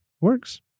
works